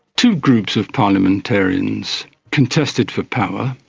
two groups of parliamentarians contested for power.